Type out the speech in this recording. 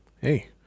Hey